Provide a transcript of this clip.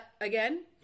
Again